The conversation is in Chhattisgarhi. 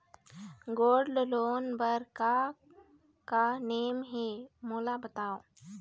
गोल्ड लोन बार का का नेम हे, मोला बताव?